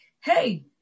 Hey